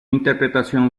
interpretación